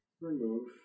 Remove